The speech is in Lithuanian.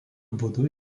būdu